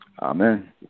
amen